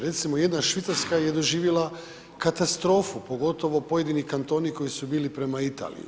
Recimo, jedna Švicarska je doživjela katastrofu, pogotovo pojedini kantoni koji su bili prema Italiji.